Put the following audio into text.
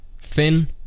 thin